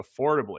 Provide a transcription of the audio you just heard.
affordably